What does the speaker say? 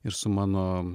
ir su mano